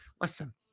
Listen